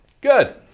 Good